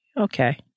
Okay